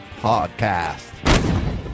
podcast